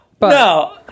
No